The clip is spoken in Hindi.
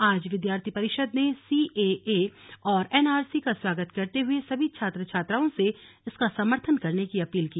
आज विद्यार्थी परिषद ने सीएए और एनआरसी का स्वागत करते हुए सभीछात्र छात्राओं से इसका समर्थन करने की अपील की